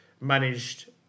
managed